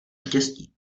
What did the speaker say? štěstí